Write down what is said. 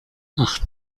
ach